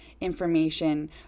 information